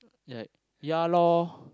like ya loh